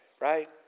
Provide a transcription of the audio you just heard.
right